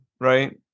Right